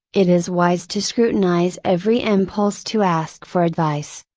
it is wise to scrutinize every impulse to ask for advice.